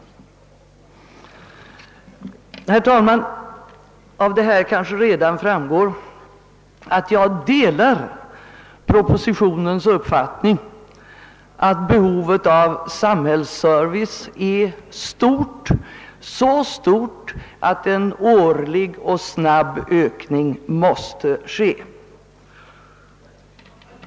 Herr talman! Av vad jag sagt kanske redan framgår att jag delar propositionens uppfattning att behovet av samhällsservice på barntillsynens område är så stort att en årlig och snabb ökning måste ske.